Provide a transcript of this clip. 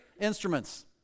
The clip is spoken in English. instruments